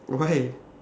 why